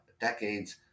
decades